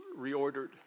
reordered